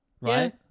Right